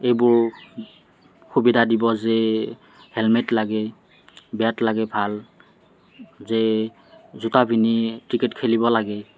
এইবোৰ সুবিধা দিব যে হেলমেট লাগে বেট লাগে ভাল যে জোতা পিন্ধি ক্ৰিকেট খেলিব লাগে